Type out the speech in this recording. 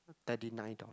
thirty nine dollar